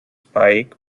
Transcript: pike